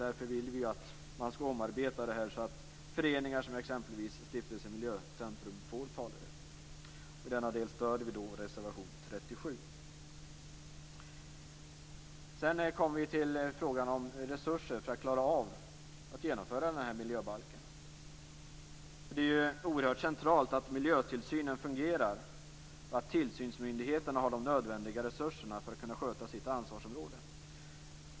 Därför vill vi att det skall omarbetas så att föreningar som exempelvis Stiftelsen Miljöcentrum får talerätt. I denna del stöder vi reservation 37. Sedan kommer vi till frågan om resurser för att klara av att genomföra denna miljöbalk. Det är oerhört centralt att miljötillsynen fungerar och att tillsynsmyndigheterna har de nödvändiga resurserna för att kunna sköta sitt ansvarsområde.